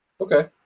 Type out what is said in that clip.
Okay